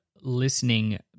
listening